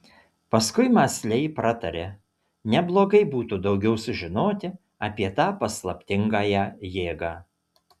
paskui mąsliai pratarė neblogai būtų daugiau sužinoti apie tą paslaptingąją jėgą